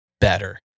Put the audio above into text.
better